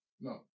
No